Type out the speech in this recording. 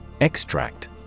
Extract